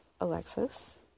Alexis